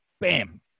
Bam